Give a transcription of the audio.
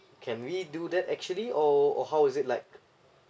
can we do that actually or how is it like